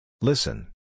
Listen